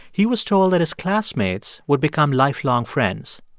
he was told that his classmates would become lifelong friends.